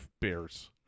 Bears